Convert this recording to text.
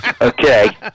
Okay